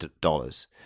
dollars